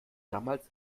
damals